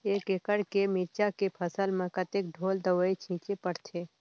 एक एकड़ के मिरचा के फसल म कतेक ढोल दवई छीचे पड़थे?